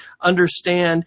understand